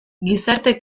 gizarte